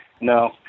No